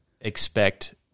expect